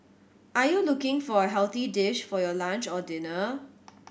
are you looking for a healthy dish for your lunch or dinner